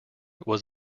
was